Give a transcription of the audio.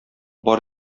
бар